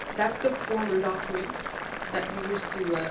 that's the former document that we used to